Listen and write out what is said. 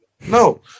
No